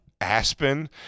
Aspen